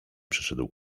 przyszedł